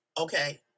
Okay